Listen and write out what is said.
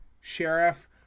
Sheriff